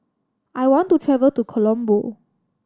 I want to travel to Colombo